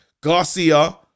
Garcia